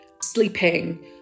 sleeping